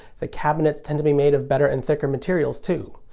the cabinets tend to be made of better and thicker materials, too.